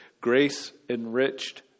grace-enriched